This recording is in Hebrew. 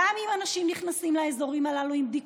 גם אם אנשים נכנסים לאזורים הללו עם בדיקות,